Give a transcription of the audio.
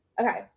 Okay